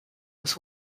was